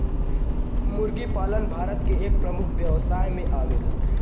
मुर्गी पालन भारत के एक प्रमुख व्यवसाय में आवेला